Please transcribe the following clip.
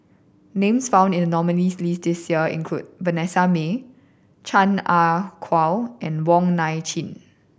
names found in the nominees' list this year include Vanessa Mae Chan Ah Kow and Wong Nai Chin